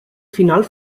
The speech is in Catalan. final